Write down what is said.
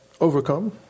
overcome